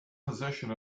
position